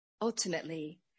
Ultimately